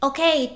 Okay